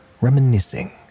reminiscing